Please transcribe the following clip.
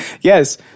yes